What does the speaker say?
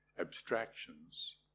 abstractions